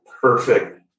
perfect